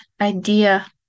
idea